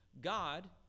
god